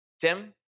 Tim